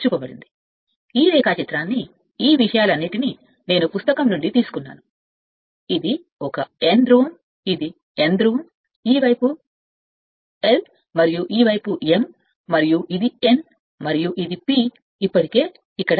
ఈ సందర్భంలో రేఖాచిత్రం నేను పుస్తకం నుండి తీసుకున్న ఈ విషయాలన్నీ తీసుకున్నాను కానీ ఇది ఒక N ధ్రువం ఇది N ధ్రువం ఈ వైపు l మరియు ఈ వైపు m మరియు ఇది N మరియు ఇది P ఇప్పటికే ఇక్కడ